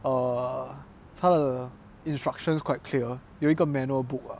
err 他的 instructions quite clear 有一个 manual book ah